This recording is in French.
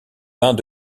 bains